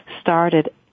started